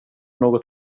något